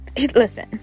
listen